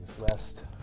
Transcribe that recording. last